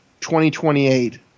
2028